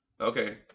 Okay